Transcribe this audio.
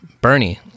Bernie